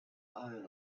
iron